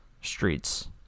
streets